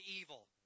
evil